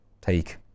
take